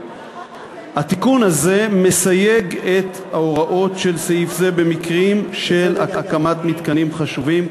התיקון הזה מסייג את ההוראות של סעיף זה במקרים של הקמת מתקנים חשובים,